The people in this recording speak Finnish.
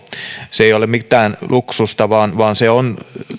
se ei ole mitään luksusta vaan vaan se on